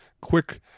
quick